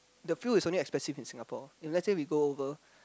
the fuel is only expensive in Singapore and let's say we go over